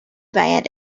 band